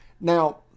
Now